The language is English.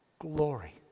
glory